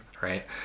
right